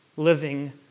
Living